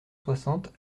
soixante